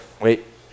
wait